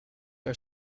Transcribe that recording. are